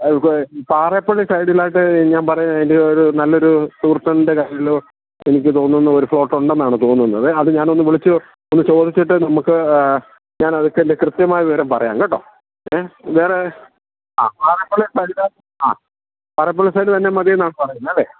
പാറേപ്പളി സൈഡിലായിട്ട് ഞാൻ പറയുക അതിൻ്റെ ഒരു നല്ലൊരു സുഹൃത്ത് എന്റെ എനിക്ക് തോന്നുന്നത് ഒരു ഫ്ലോട്ട് ഉണ്ടെന്നാണ് തോന്നുന്നത് അത് ഞാനൊന്ന് വിളിച്ചു ഒന്ന് ചോദിച്ചിട്ട് നമുക്ക് ഞാൻ അതിൻ്റെ കൃത്യമായി വിവരം പറയാ കേട്ടോ ഏ വേറെ ആ പാറേപ്പളി സൈഡിലാ ആ പാറേപ്പളി സൈഡിൽ തന്നെ മതിയെന്നാണ് പറയുന്നത് അല്ലേ